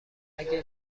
اگه